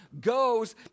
goes